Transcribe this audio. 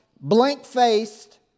blank-faced